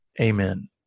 Amen